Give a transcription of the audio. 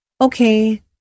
Okay